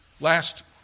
last